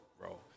bro